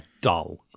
dull